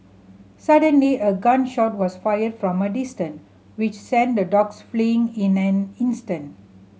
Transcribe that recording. suddenly a gun shot was fired from a distance which sent the dogs fleeing in an instant